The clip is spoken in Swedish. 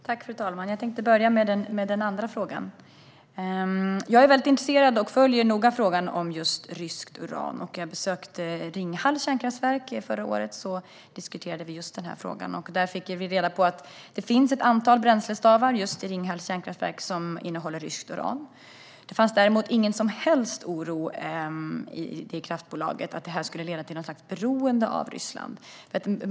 Fru talman! Jag tänkte börja med den andra frågan. Jag är intresserad av och följer noga frågan om ryskt uran. När jag besökte Ringhals kärnkraftverk förra året diskuterade vi just den frågan. Vi fick reda på att det finns ett antal bränslestavar i Ringhals kärnkraftverk som innehåller ryskt uran. Det fanns däremot ingen som helst oro i kraftbolaget för att detta skulle leda till något slags beroende av Ryssland.